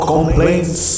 Complaints